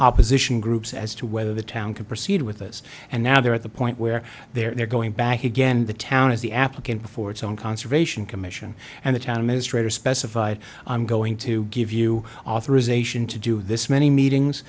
opposition groups as to whether the town can proceed with us and now they're at the point where they're going back again the town is the applicant for its own conservation commission and the town is straight or specified i'm going to give you authorization to do this many meetings